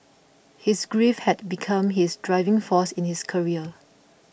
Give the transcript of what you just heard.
his grief had become his driving force in his career